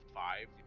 five